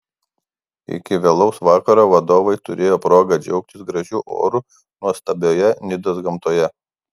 iki vėlaus vakaro vadovai turėjo progą džiaugtis gražiu oru nuostabioje nidos gamtoje